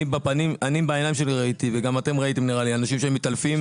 אני בעיניים שלי ראיתי וגם אתם ראיתם אנשים שמתעלפים.